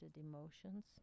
emotions